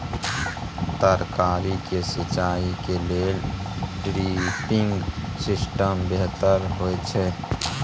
तरकारी के सिंचाई के लेल ड्रिपिंग सिस्टम बेहतर होए छै?